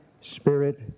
spirit